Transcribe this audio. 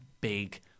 big